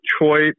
Detroit